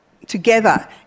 together